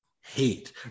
hate